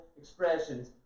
expressions